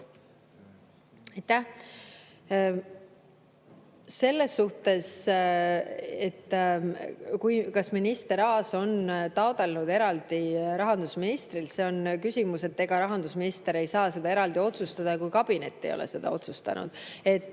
Selles suhtes, kas minister Aas on taotlenud eraldi rahandusministrilt, see on küsimus. Ega rahandusminister ei saa seda eraldi otsustada, kui kabinet ei ole seda otsustanud, et